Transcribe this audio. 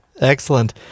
excellent